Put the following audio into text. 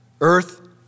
earth